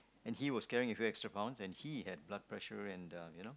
and he was carrying a few extra pounds and he had blood pressure and uh you know